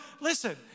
listen